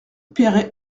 payerai